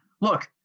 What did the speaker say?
look